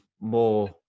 more